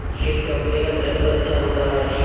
किस कंपनी का ट्रैक्टर अच्छा होता है?